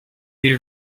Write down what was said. need